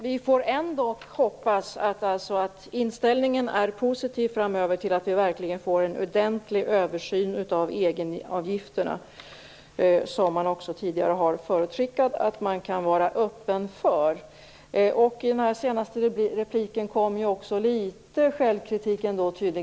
Vi får ändock hoppas att inställningen är positiv framöver till att vi verkligen får en ordentlig översyn av egenavgifterna. Man har tidigare förutskickat att man kan vara öppen för det. I den senaste repliken kom litet självkritik ändå fram.